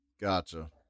Gotcha